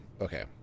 Okay